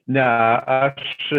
ne aš